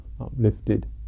uplifted